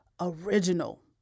original